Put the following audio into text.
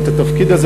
את התפקיד הזה,